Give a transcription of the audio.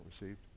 received